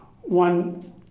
One